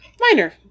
minor